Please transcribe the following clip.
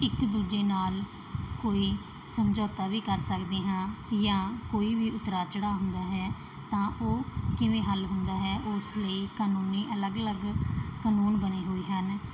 ਇੱਕ ਦੂਜੇ ਨਾਲ ਕੋਈ ਸਮਝੌਤਾ ਵੀ ਕਰ ਸਕਦੇ ਹਾਂ ਜਾਂ ਕੋਈ ਵੀ ਉਤਰਾਅ ਚੜਾਅ ਹੁੰਦਾ ਹੈ ਤਾਂ ਉਹ ਕਿਵੇਂ ਹੱਲ ਹੁੰਦਾ ਹੈ ਉਸ ਲਈ ਕਾਨੂੰਨੀ ਅਲੱਗ ਅਲੱਗ ਕਾਨੂੰਨ ਬਣੇ ਹੋਏ ਹਨ